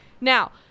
Now